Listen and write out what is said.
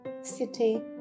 city